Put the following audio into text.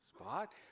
spot